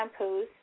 shampoos